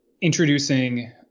introducing